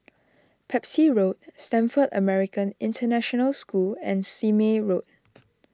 Pepys Road Stamford American International School and Sime Road